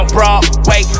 Broadway